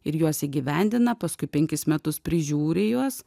ir juos įgyvendina paskui penkis metus prižiūri juos